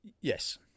Yes